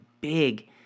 big